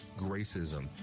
Gracism